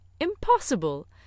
Impossible